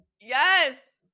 Yes